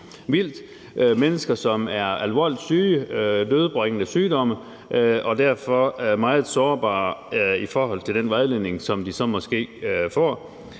vildledt, mennesker, som er alvorligt syge af dødbringende sygdomme og derfor meget sårbare i forhold til den vejledning, som de så måske får.